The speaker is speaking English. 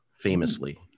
famously